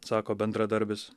sako bendradarbis